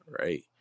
right